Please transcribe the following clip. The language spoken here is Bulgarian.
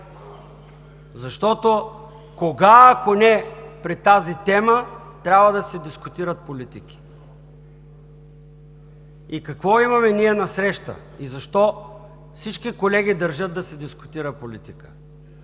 Защото кога, ако не при тази тема, трябва да се дискутират политики?! И какво имаме ние насреща, и защо всички колеги държат да се дискутира политика